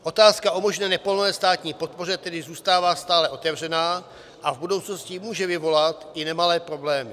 Otázka o možné nepovolené státní podpoře tedy zůstává stále otevřená a v budoucnosti může vyvolat i nemalé problémy.